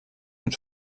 mit